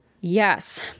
Yes